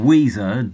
Weezer